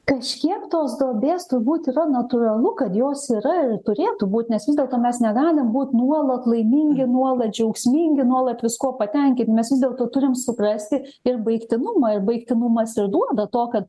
kažkiek tos duobės turbūt yra natūralu kad jos yra ir turėtų būt nes vis dėlto mes negalim būt nuolat laimingi nuolat džiaugsmingi nuolat viskuo patenkint mes vis dėlto turim suprasti ir baigtinumą ir baigtinumas ir duoda to kad